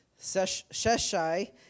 Sheshai